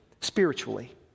spiritually